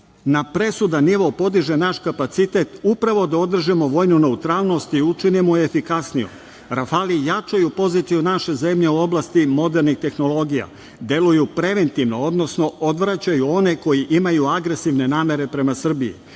na presudan nivo podiže naš kapacitet upravo da održimo vojnu neutralnost i učinimo je efikasnijom, rafali jačaju poziciju naše zemlje u oblasti modernih tehnologija i deluju preventivno , odvraćaju one koji imaju agresivne namere prema Srbiji.